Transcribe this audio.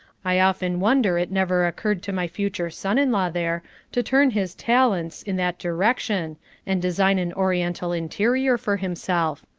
i often wonder it never occurred to my future son-in-law there to turn his talents in that direction and design an oriental interior for himself.